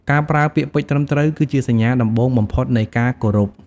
ការប្រើពាក្យពេចន៍ត្រឹមត្រូវ គឺជាសញ្ញាដំបូងបំផុតនៃការគោរព។